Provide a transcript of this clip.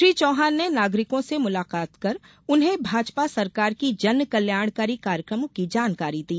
श्री चौहान ने नागरिकों से मुलाकात कर उन्हें भाजपा सरकार की जनकल्याणकारी कार्यकमों की जानकारी दी